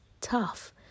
tough